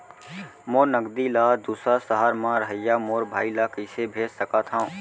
मोर नगदी ला दूसर सहर म रहइया मोर भाई ला कइसे भेज सकत हव?